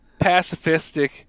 pacifistic